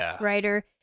writer